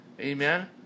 Amen